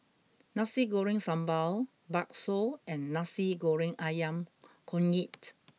Nasi Goreng Sambal Bakso and Nasi Goreng Ayam Kunyit